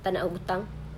tak nak hutang